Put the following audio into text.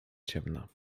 ciemna